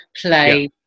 play